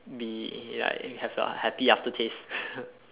be like have the happy aftertaste